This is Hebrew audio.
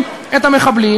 פשוט לא מצליחים.